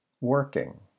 working